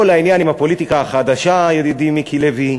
כל העניין עם הפוליטיקה החדשה, ידידי מיקי לוי,